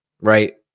right